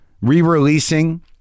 re-releasing